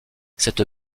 cette